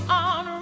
on